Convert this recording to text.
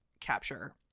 capture